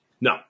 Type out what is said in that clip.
No